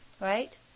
right